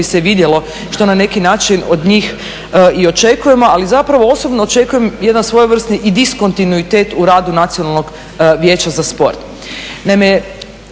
kako bi se vidjelo što na neki način od njih i očekujemo. Ali zapravo osobno očekujem jedan svojevrsni i diskontinuitet u radu Nacionalnog vijeća za sport.